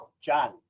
John